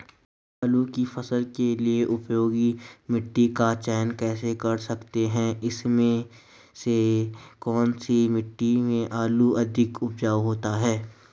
आलू की फसल के लिए उपयुक्त मिट्टी का चयन कैसे कर सकते हैं इसमें से कौन सी मिट्टी में आलू अधिक उपजाऊ होता है?